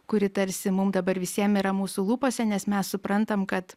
kuri tarsi mum dabar visiem yra mūsų lūpose nes mes suprantam kad